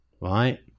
right